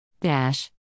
Dash